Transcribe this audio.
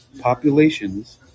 populations